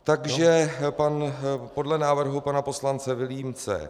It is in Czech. Takže podle návrhu pana poslance Vilímce.